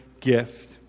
gift